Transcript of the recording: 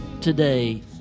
today